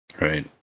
right